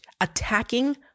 attacking